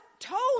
Told